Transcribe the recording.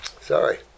Sorry